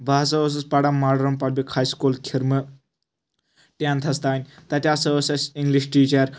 بہٕ ہَسا اوسُس پران ماڈٲرٕم پبلِک ہاے سکوٗل کھِرمہٕ ٹیٚنتھس تانۍ تَتہِ ہَسا ٲس اسہِ اِنگلِش ٹیٖچر